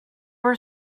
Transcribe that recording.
were